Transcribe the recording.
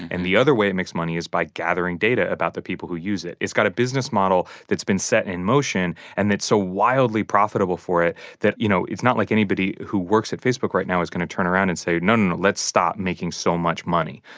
and the other way it makes money is by gathering data about the people who use it. it's got a business model that's been set in motion and that's so wildly profitable for it that, you know, it's not like anybody who works at facebook right now is going to turn around and say, no, no, no, let's stop making so much money.